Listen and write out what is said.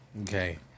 Okay